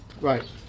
Right